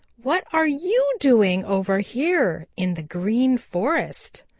what are you doing over here in the green forest?